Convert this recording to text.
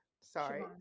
sorry